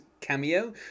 cameo